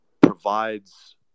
provides